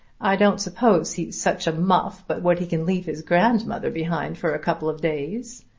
i don't suppose he's such a muff but what he can leave his grandmother behind for a couple of days.